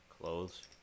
clothes